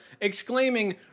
exclaiming